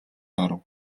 оров